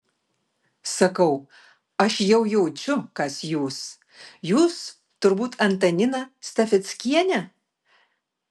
sakau aš jau jaučiu kas jūs jūs turbūt antanina stafeckienė